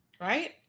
Right